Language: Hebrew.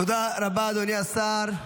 תודה רבה, אדוני השר.